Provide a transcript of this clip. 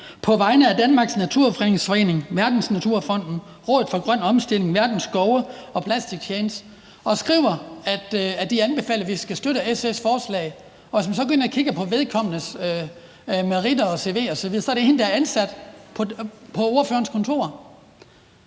på vegne af Danmarks Naturfredningsforening, Verdensnaturfonden, Rådet for Grøn Omstilling, Verdens Skove og Plastic Change og skriver, at de anbefaler, at vi skal støtte SF's forslag. Hvis man så går ind og kigger på vedkommendes meriter og cv osv., ser man, at det er hende, der er ansat på ordførerens kontor.